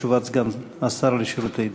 תשובת סגן השר לשירותי דת.